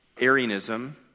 Arianism